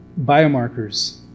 biomarkers